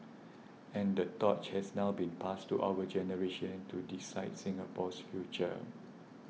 and the torch has now been passed to our generation to decide Singapore's future